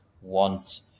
want